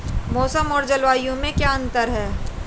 मौसम और जलवायु में क्या अंतर?